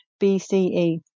BCE